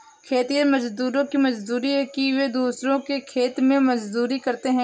खेतिहर मजदूरों की मजबूरी है कि वे दूसरों के खेत में मजदूरी करते हैं